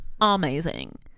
amazing